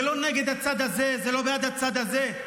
זה לא נגד הצד הזה, זה לא בעד הצד הזה.